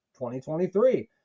2023